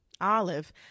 Olive